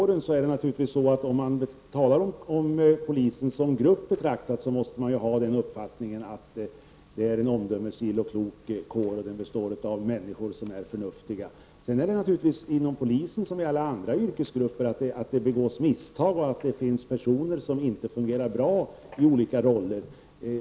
Herr talman! Beträffande poliskåren är det naturligtvis så, att om man betraktar polisen som grupp är det en omdömesgill och klok kår, och den består av människor som är förnuftiga. Inom polisen liksom inom alla andra yrkesgrupper begås det naturligtvis misstag, och det finns personer som inte fungerar bra i olika roller.